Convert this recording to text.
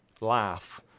laugh